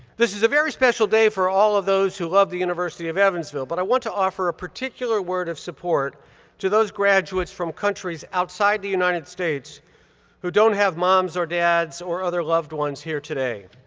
this is a very special day for all of those who love the university of evansville, but i want to offer a particular word of support to those graduates from countries outside the united states who don't have moms or dads or other loved ones here today.